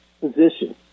position